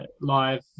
live